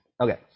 okay